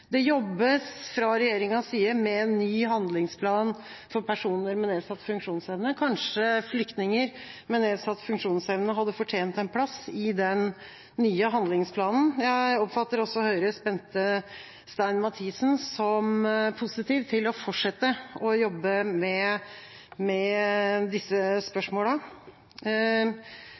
Det jobbes fra regjeringas side med en ny handlingsplan for personer med nedsatt funksjonsevne. Kanskje flyktninger med nedsatt funksjonsevne hadde fortjent en plass i den nye handlingsplanen. Jeg oppfatter også Høyres Bente Stein Mathisen som positiv til å fortsette å jobbe med disse